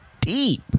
deep